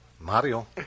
Mario